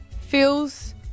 feels